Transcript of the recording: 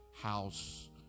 house